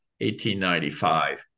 1895